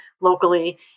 locally